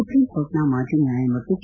supreme ಕೋರ್ಟ್ನ ಮಾಜಿ ನ್ಯಾಯಮೂರ್ತಿ ಕೆ